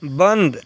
بند